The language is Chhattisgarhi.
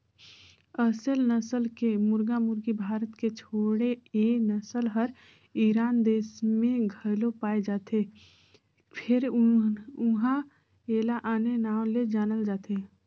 असेल नसल के मुरगा मुरगी भारत के छोड़े ए नसल हर ईरान देस में घलो पाये जाथे फेर उन्हा एला आने नांव ले जानल जाथे